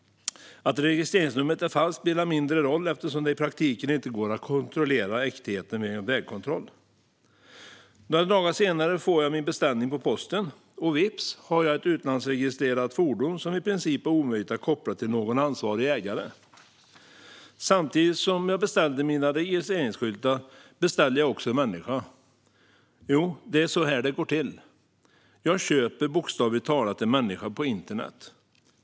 Att registreringsnumret är falskt spelar mindre roll, eftersom det i praktiken inte går att kontrollera äktheten vid en vägkontroll. Några dagar senare får jag min beställning på posten, och vips har jag ett utlandsregistrerat fordon som i princip är omöjligt att koppla till någon ansvarig ägare. Samtidigt som jag beställde mina registreringsskyltar beställde jag också en människa. Jo, det är så här det går till. Jag köper bokstavligt talat en människa på internet.